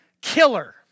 killer